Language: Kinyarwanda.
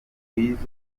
rwiza